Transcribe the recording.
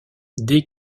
dès